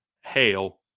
hail